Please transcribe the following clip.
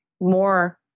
more